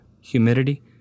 humidity